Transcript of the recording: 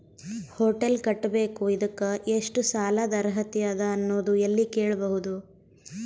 Hotel ಕಟ್ಟಬೇಕು ಇದಕ್ಕ ಎಷ್ಟ ಸಾಲಾದ ಅರ್ಹತಿ ಅದ ಅನ್ನೋದು ಎಲ್ಲಿ ಕೇಳಬಹುದು?